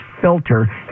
filter